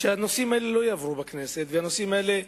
שהנושאים האלה לא יעברו בכנסת, והנושאים האלה,